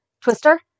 Twister